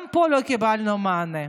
גם פה לא קיבלנו מענה.